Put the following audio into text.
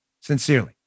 Sincerely